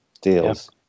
deals